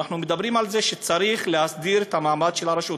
אנחנו מדברים על זה שצריך להסדיר את המעמד של הרשות,